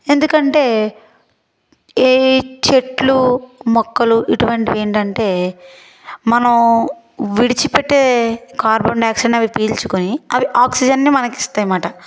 ఎందుకంటే ఏ చెట్లు మొక్కలు ఇటువంటివి ఏంటంటే మనం విడిచిపెట్టే కార్బన్ డైయాక్సైడ్ని అవి పీల్చుకొని అవి ఆక్సిజన్ మనకిస్తాయనమాట